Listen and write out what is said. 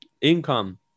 income